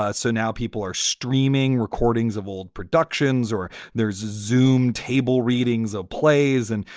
ah so now people are streaming recordings of old productions or they're zoomed table readings of plays. and,